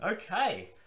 Okay